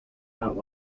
not